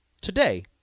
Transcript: today